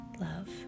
Love